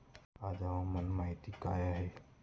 आज हवामान माहिती काय आहे?